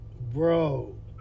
Bro